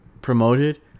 promoted